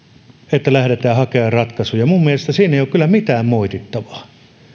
että lähdetään hakemaan ratkaisuja minun mielestäni siinä ei ole kyllä mitään moitittavaa